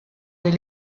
des